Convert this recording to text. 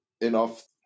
enough